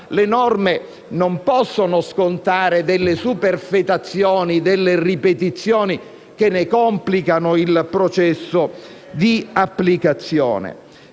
le norme non possono scontare delle superfetazioni, delle ripetizioni, che ne complicano il processo di applicazione.